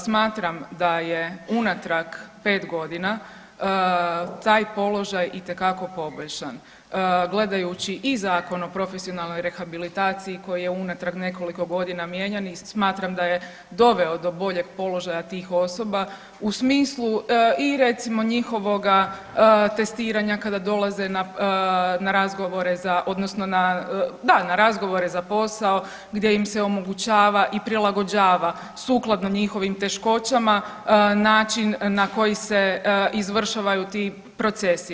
Smatram da je unatrag 5 godina taj položaj itekako poboljšan gledajući i Zakon o profesionalnoj rehabilitaciji koji je unatrag nekoliko godina mijenjan i smatram da je doveo do boljeg položaja tih osoba u smislu i recimo i njihovoga testiranja kada dolaze na razgovore za odnosno na, da na razgovore za posao gdje im se omogućava i prilagođava sukladno njihovim teškoćama način na koji se izvršavaju ti procesi.